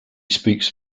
speaks